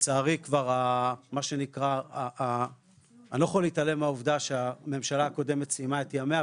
לצערי מה שנקרא אני לא יכול להעלם שהממשלה הקודמת סיימה את ימיה,